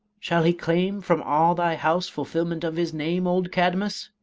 shall he claim from all thy house fulfilment of his name, old cadmus